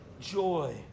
Joy